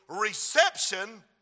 reception